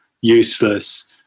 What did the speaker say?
useless